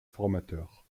formateur